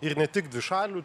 ir ne tik dvišalių